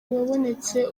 wabonetse